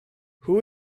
who